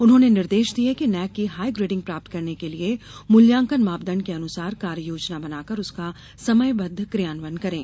उन्होंने निर्देश दिये कि नैक की हाई ग्रेडिंग प्राप्त करने के लिये मूल्यांकन मापदण्ड के अनुसार कार्य योजना बनाकर उसका समयबद्ध क्रियान्वयन करें